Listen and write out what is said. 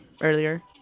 earlier